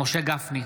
משה גפני,